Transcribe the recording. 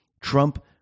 Trump